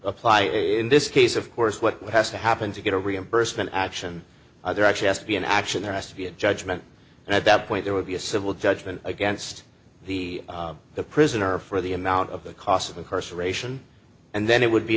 apply in this case of course what has to happen to get a reimbursement action there actually has to be an action there has to be a judgment and at that point there would be a civil judgment against the prisoner for the amount of the cost of incarceration and then it would be